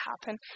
happen